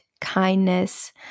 kindness